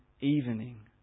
evening